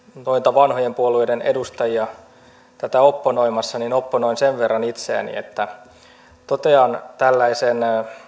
vanhojen puolueiden edustajia tätä opponoimassa niin opponoin itseäni sen verran että totean tällaisen